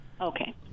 Okay